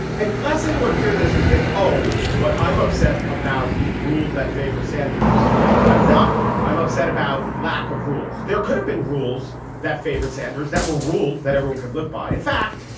and lest anyone hear this and think, oh, what i'm upset about is rules that favor sanders i'm not i'm upset about lack of rules. there could have been rules that favorite sanders that were rules that everyone could live by. in fact,